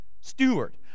steward